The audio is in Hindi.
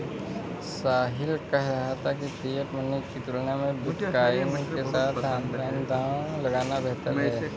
साहिल कह रहा था कि फिएट मनी की तुलना में बिटकॉइन के साथ ऑनलाइन दांव लगाना बेहतर हैं